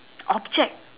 object